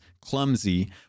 clumsy